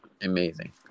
amazing